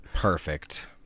Perfect